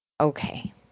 okay